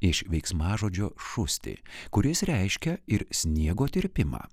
iš veiksmažodžio šusti kuris reiškia ir sniego tirpimą